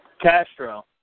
Castro